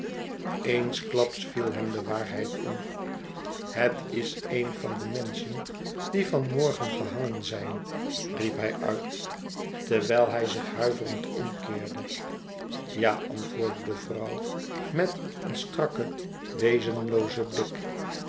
eensklaps viel hem de waarheid in het is een van de menschen die van morgen gehangen zijn riep hij nit terwijl hij zich huiverend omkeerde jal antwoordde de vrouw met een strakken wezenloozen blik